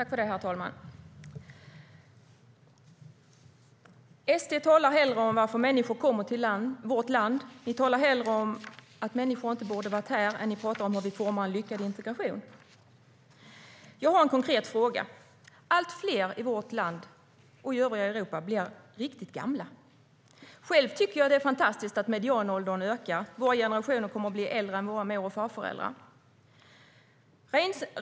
Herr talman! SD talar hellre om varför människor kommer till vårt land, om att människor inte borde vara här, än att tala om hur vi formar en lyckad integration. Jag har en konkret fråga till Paula Bieler. Allt fler i vårt land och övriga Europa blir riktigt gamla. Jag tycker att det är fantastiskt att medianåldern ökar. Våra generationer kommer att bli äldre än våra mor och farföräldrar.